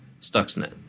Stuxnet